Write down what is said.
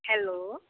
hello